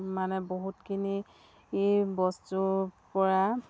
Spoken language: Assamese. মানে বহুতখিনি এই বস্তুৰপৰা